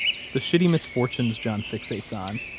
the shitty misfortunes john fixates on,